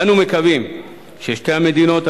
אנו מקווים ששתי המדינות,